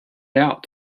out